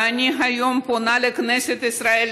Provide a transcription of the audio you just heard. ואני היום פונה לכנסת ישראל,